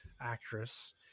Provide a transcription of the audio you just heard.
actress